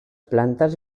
plantes